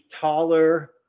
taller